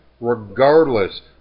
regardless